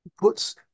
puts